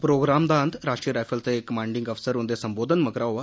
programme दा अंत राष्ट्री राईफल दे कमांडिंग अफसर हुंदे संबोधन मगरा होआ